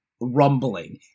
rumbling